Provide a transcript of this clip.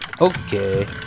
Okay